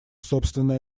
собственные